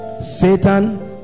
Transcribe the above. Satan